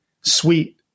sweet